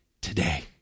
today